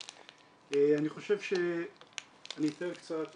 אני חושב שאני אתן קצת היסטוריה,